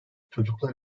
çocuklar